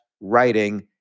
writing